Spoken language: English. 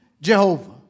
Jehovah